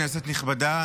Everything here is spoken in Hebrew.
כנסת נכבדה,